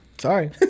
Sorry